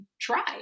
try